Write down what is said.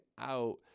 out